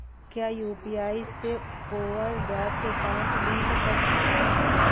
क्या यू.पी.आई से overdraft account link कर सकते हैं?